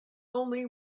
only